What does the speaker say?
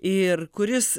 ir kuris